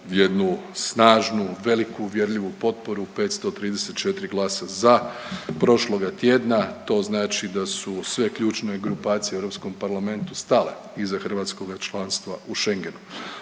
jednu snažnu, veliku, uvjerljivu potporu 534 glasa za prošloga tjedna. To znači da su sve ključne grupacije u Europskom parlamentu stale iza hrvatskoga članstva u Schengenu.